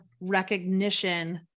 recognition